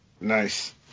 Nice